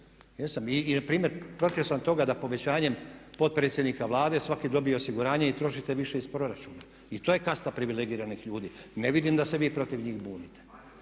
protiv sam toga da povećanjem potpredsjednika Vlade svaki dobije osiguranje i trošite više iz proračuna. I to je kasta privilegiranih ljudi. Ne vidim da se vi protiv njih bunite.